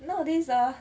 nowadays ah